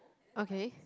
okay